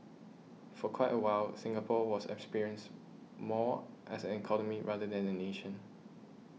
for quite a while Singapore was experienced more as an economy rather than a nation